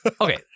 Okay